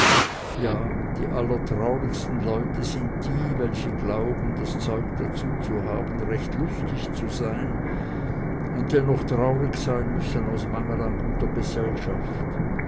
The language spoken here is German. ja die allertraurigsten leute sind die welche glauben das zeug dazu zu haben recht lustig zu sein und dennoch traurig sein müssen aus mangel an guter gesellschaft